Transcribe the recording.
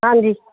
ਹਾਂਜੀ